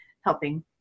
helping